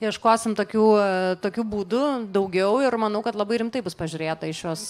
ieškosim tokių tokiu būdu daugiau ir manau kad labai rimtai bus pažiūrėta į šiuos